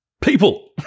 People